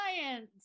science